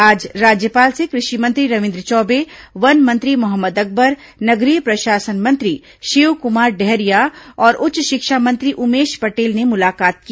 आज राज्यपाल से कृषि मंत्री रविन्द्र चौबे वन मंत्री मोहम्मद अकबर नगरीय प्रशासन मंत्री शिवकुमार डहरिया और उच्च शिक्षा मंत्री उमेश पटेल ने मुलाकात की